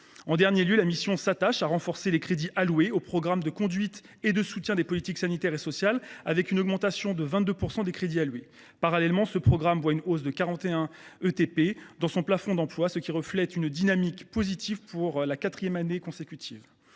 En dernier lieu, la mission s’attache à renforcer les crédits alloués au programme de conduite et de soutien des politiques sanitaires et sociales, avec une augmentation de 22 % des crédits alloués. Parallèlement, ce programme prévoit une hausse de son plafond d’emploi de 41 ETP, ce qui reflète une dynamique positive pour la quatrième année consécutive.